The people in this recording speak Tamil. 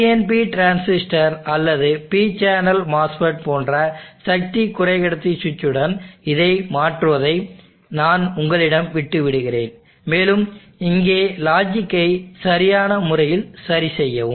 PNP டிரான்சிஸ்டர் அல்லது P சேனல் மோஸ்ஃபெட் போன்ற சக்தி குறைக்கடத்தி சுவிட்சுடன் இதை மாற்றுவதை நான் உங்களிடம் விட்டு விடுகிறேன் மேலும் இங்கே லாஜிக்கை சரியான முறையில் சரிசெய்யவும்